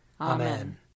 Amen